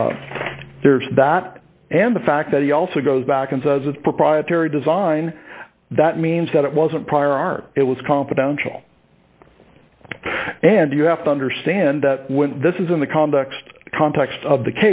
ship that and the fact that he also goes back and says it proprietary design that means that it wasn't prior art it was confidential and you have to understand that this is in the context context of the